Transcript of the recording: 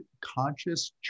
conscious